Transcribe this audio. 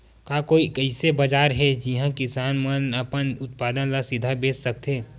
का कोई अइसे बाजार हे जिहां किसान मन अपन उत्पादन ला सीधा बेच सकथे?